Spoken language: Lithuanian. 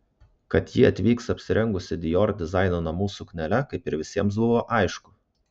kad ji atvyks apsirengusi dior dizaino namų suknele kaip ir visiems buvo aišku